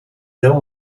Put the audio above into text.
know